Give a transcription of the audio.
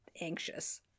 anxious